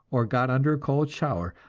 or got under a cold shower,